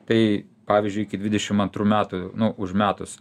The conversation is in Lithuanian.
tai pavyzdžiui iki dvidešim antrų metų nu užmetus